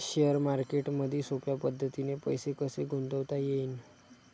Share मार्केटमधी सोप्या पद्धतीने पैसे कसे गुंतवता येईन?